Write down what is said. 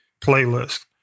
playlist